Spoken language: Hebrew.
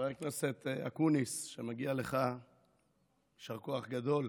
חבר הכנסת אקוניס, מגיע לך יישר כוח גדול,